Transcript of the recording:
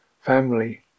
family